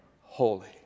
holy